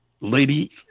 lady